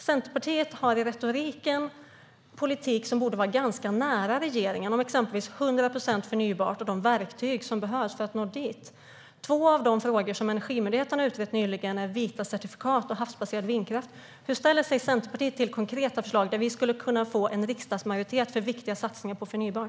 Centerpartiet har i retoriken en politik som borde vara ganska nära regeringens om exempelvis 100 procent förnybart och de verktyg som behövs för att nå dit. Två av de frågor som Energimyndigheten nyligen har utrett är vita certifikat och havsbaserad vindkraft. Hur ställer sig Centerpartiet till konkreta förslag där vi skulle kunna få en riksdagsmajoritet för viktiga satsningar på förnybart?